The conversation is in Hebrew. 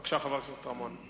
בבקשה, חבר הכנסת רמון.